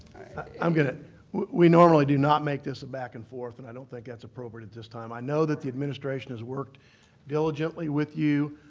i'm going to we normally do not make this a back-and-forth, and i don't think that's appropriate at this time. i know that the administration has worked diligently with you.